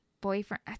boyfriend